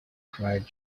cried